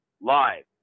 live